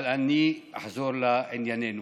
אבל אני אחזור לענייננו,